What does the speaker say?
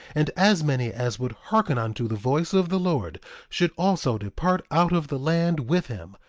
and as many as would hearken unto the voice of the lord should also depart out of the land with him,